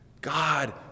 God